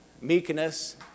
meekness